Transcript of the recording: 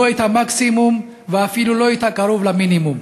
לא את המקסימום ואפילו לא קרוב למינימום.